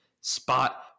spot